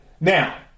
Now